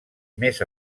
més